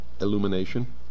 illumination